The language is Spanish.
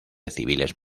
civiles